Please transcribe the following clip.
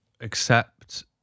accept